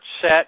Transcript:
set